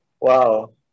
Wow